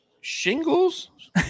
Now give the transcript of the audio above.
shingles